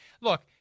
Look